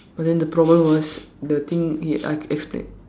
but then the problem was the thing it I expect